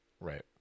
Right